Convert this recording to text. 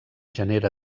genera